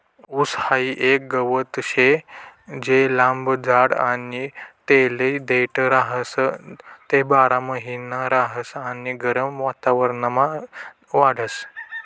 ऊस हाई एक गवत शे जे लंब जाड आणि तेले देठ राहतस, ते बारामहिना रहास आणि गरम वातावरणमा वाढस